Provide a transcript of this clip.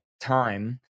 time